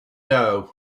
doe